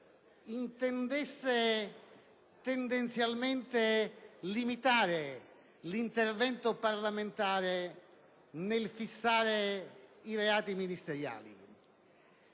intendesse tendenzialmente limitare l'intervento parlamentare nel fissare i reati ministeriali;